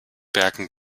bergen